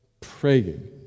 praying